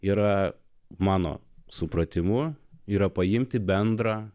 yra mano supratimu yra paimti bendrą